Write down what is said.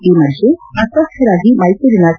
ಈ ಮಧ್ಯೆ ಅಸ್ವಸ್ಥರಾಗಿ ಮೈಸೂರಿನ ಕೆ